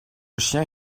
chien